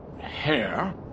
hair